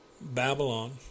Babylon